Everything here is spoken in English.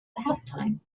pastime